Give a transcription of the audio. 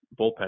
bullpen